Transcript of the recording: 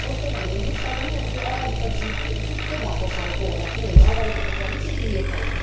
कस्तो भने जुत्ता पनि अब त्यो अगाडिपट्टि चुच्चो भएको खालको होला किनभने अगाडि पट्टिको अलिकति उयो छैन